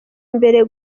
imbere